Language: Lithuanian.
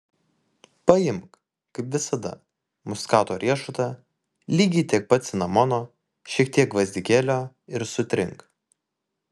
paimk kaip visada muskato riešutą lygiai tiek pat cinamono šiek tiek gvazdikėlio ir sutrink